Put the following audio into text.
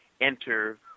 enter